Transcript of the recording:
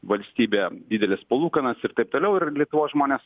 valstybė dideles palūkanas ir taip toliau ir lietuvos žmonės